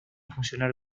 funcionar